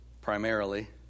primarily